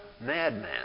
madman